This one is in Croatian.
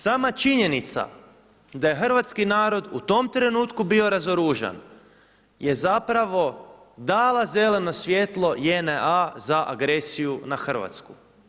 Sama činjenica da je hrvatski narod u tom trenutku bio razoružan je zapravo dala zeleno svjetlo JNA za agresiju na Hrvatsku.